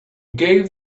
gave